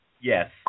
Yes